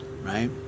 right